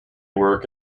work